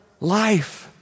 life